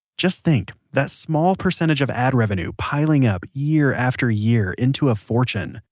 just think, that small percentage of ad revenue, piling up, year after year, into a fortune,